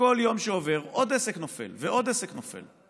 וכל יום שעובר עוד עסק נופל ועוד עסק נופל.